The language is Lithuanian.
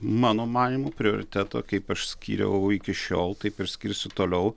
mano manymu prioritetu kaip aš skyriau iki šiol taip ir skirsiu toliau